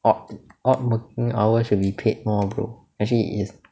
odd odd working hours should be paid more bro actually it is